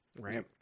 Right